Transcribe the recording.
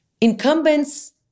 incumbents